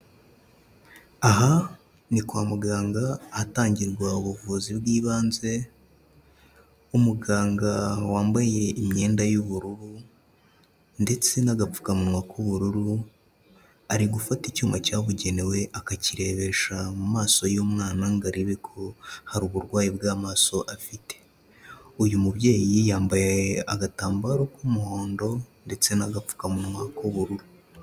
Aha ni kwa muganga hatangirwa ubuvuzi bw'ibanze, umuganga wambaye imyenda y'ubururu ndetse n'agapfukamunwa k'ubururu ari gufata icyuma cyabugenewe akakirerebesha mu maso y'umwana ngo arebe ko hari uburwayi bw'amaso afite. Uyu mubyeyi yiyambaye agatambaro k'umuhondo ndetse n'agapfukamunwa k'ubururu.